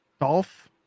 Dolph